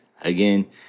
Again